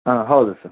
ಹಾಂ ಹೌದು ಸರ್